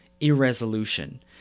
irresolution